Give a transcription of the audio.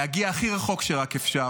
להגיע הכי רחוק שרק אפשר,